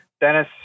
Dennis